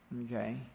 Okay